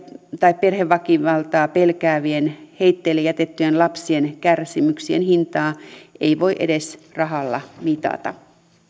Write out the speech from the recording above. tai perheväkivaltaa pelkäävien heitteille jätettyjen lapsien kärsimyksien hintaa ei voi edes rahalla mitata